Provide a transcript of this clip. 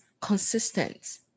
consistent